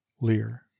Lear